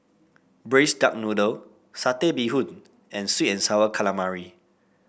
Braised Duck Noodle Satay Bee Hoon and sweet and sour calamari